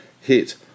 hit